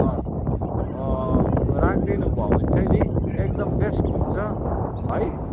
अँ राखिदिनुभयो भने चाहिँ नि एकदम बेस्ट हुन्छ है